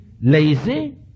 lazy